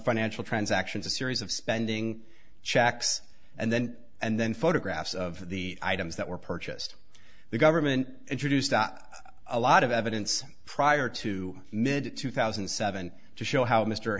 financial transactions a series of spending checks and then and then photographs of the items that were purchased the government introduced a lot of evidence prior to mid two thousand and seven to show how mr